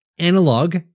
analog